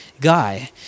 guy